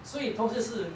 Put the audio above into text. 所以从这件事